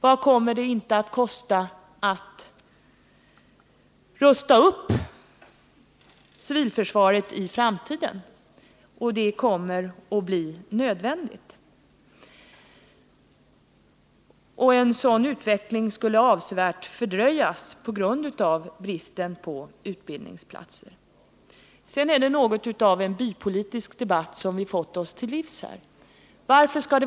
Vad kommer det inte att kosta att rusta upp civilförsvaret i framtiden, något som kommer att bli nödvändigt? En sådan utveckling skulle dessutom avsevärt fördröjas på grund av bristen på utbildningsplatser. Det är något av en bypolitisk debatt som vi i detta avseende fått oss till livs.